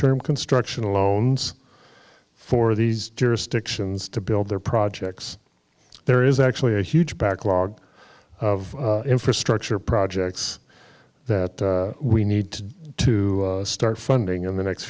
term construction loans for these jurisdictions to build their projects there is actually a huge backlog of infrastructure projects that we need to do to start funding in the next